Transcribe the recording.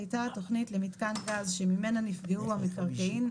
הייתה התוכנית למיתקן גז שממנה נפגעו המקרקעין,